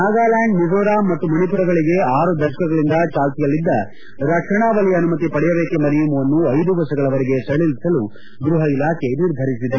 ನಾಗಾಲ್ಡಾಂಡ್ ಮಿಜೋರಾಂ ಮತ್ತು ಮಣಿಪುರಗಳಿಗೆ ಆರು ದಶಕಗಳಿಂದ ಚಾಲ್ತಿಯಲ್ಲಿದ್ದ ರಕ್ಷಣಾ ವಲಯ ಅನುಮತಿ ಪಡೆಯಬೇಕೆಂಬ ನಿಯಮವನ್ನು ಐದು ವರ್ಷಗಳ ವರೆಗೆ ಸಡಿಲಿಸಲು ಗೃಹ ಇಲಾಖೆ ನಿರ್ಧರಿಸಿದೆ